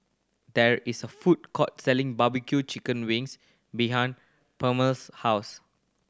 there is a food court selling Barbecue chicken wings behind Palmer's house